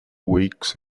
weeks